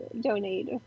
donate